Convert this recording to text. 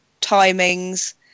timings